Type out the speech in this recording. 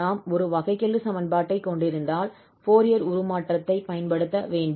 நாம் ஒரு வகைக்கெழு சமன்பாட்டை கொண்டிருந்தால் ஃபோரியர் உருமாற்றத்தைப் பயன்படுத்த வேண்டும்